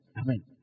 Amen